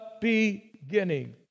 beginning